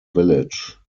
village